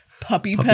puppy